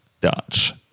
Dutch